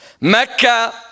Mecca